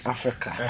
Africa